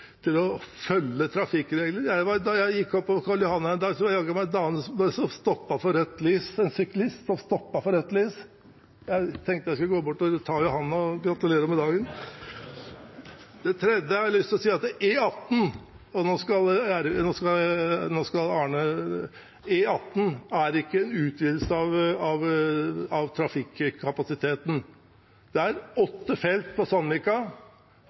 til å følge trafikkreglene. Da jeg gikk oppover Karl Johan her en dag, så jeg jaggu meg en dame, en syklist, som stoppet på rødt lys. Jeg tenkte jeg skulle gå bort og ta henne i hånden og gratulere med dagen! Det tredje jeg har lyst til å si, er at E18 ikke er en utvidelse av trafikkapasiteten. Det er åtte felt i Sandvika,